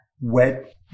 wet